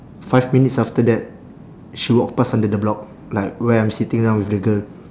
five minutes after that she walk pass under the block like where I'm sitting down with the girl